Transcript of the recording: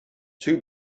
too